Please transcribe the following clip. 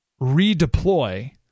redeploy